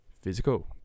Physical